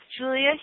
Julia